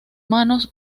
manos